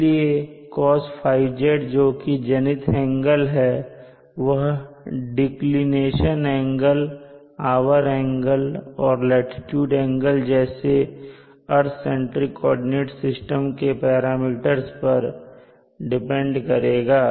इसलिए cosθz जोकि zenith angle है वह डिक्लिनेशन एंगल आवर एंगल और लाटीट्यूड एंगल जैसे अर्थ सेंट्रिक कोऑर्डिनेट सिस्टम के पैरामीटर्स पर डिपेंड करेगा